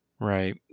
Right